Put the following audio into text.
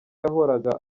yahoraga